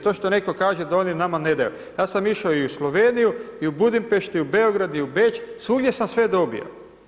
To što neko kaže da oni nama ne daju, ja sam išao i u Sloveniju i u Budimpeštu, i u Beograd, i u Beč svugdje sam sve dobio.